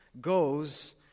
goes